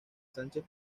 sánchez